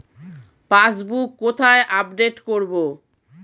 Passbook কোথায় update করব?